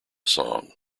song